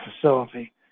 facility